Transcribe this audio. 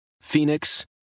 Phoenix